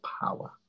power